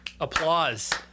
applause